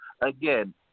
Again